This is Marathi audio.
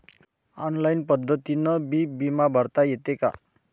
ऑनलाईन पद्धतीनं बी बिमा भरता येते का?